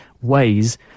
ways